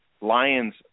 Lions